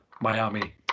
Miami